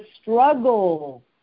struggle